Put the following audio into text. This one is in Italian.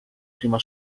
prima